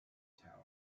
town